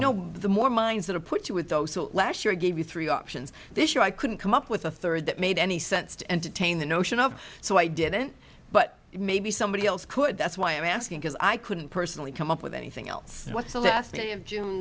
know the more mines that are put to it though so last year i gave you three options this year i couldn't come up with a third that made any sense to entertain the notion of so i didn't but maybe somebody else could that's why i'm asking because i couldn't personally come up with anything else what so last may and june